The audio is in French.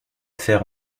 faire